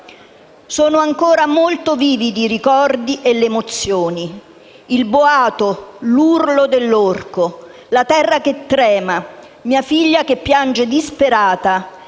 Sono ancora molto vividi i ricordi e le emozioni, il boato, l'urlo dell'orco, la terra che trema, mia figlia che piange disperata